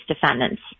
defendants